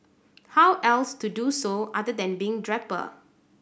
how else to do so other than being draper